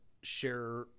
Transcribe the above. share